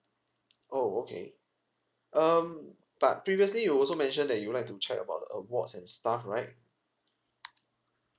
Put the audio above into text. oh okay um but previously you also mentioned that you'd like to check about the awards and stuff right